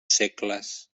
segles